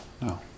No